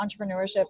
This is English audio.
entrepreneurship